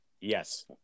Yes